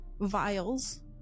vials